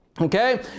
Okay